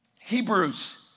Hebrews